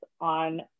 on